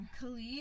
Khalid